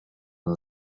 اون